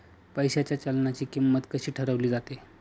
पैशाच्या चलनाची किंमत कशी ठरवली जाते